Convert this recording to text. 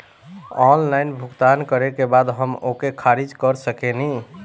Online भुगतान करे के बाद हम ओके खारिज कर सकेनि?